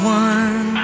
one